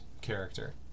character